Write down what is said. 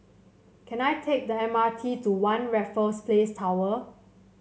can I take the M R T to One Raffles Place Tower